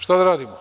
Šta da radimo?